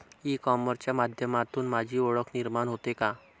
E कॉमर्सच्या माध्यमातून माझी ओळख निर्माण होते का?